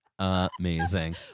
Amazing